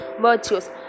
virtues